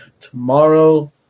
tomorrow